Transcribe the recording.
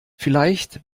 vielleicht